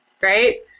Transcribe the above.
Right